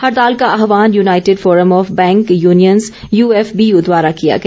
हड़ताल का आह्वान United Forum of Bank Unions UFBU द्वारा किया गया